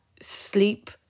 Sleep